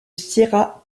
sierra